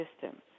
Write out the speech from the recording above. system